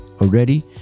already